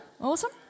Awesome